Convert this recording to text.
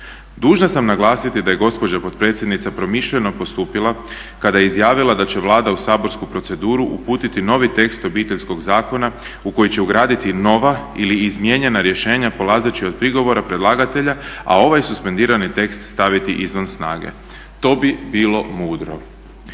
"Dužan sam naglasiti da je gospođa potpredsjednica promišljeno postupila kada je izjavila da će Vlada u saborsku proceduru uputiti novi tekst Obiteljskog zakona u koji će ugraditi nova ili izmijenjena rješenja polazeći od prigovora predlagatelja a ovaj suspendirani tekst staviti izvan snage. To bi bilo mudro.".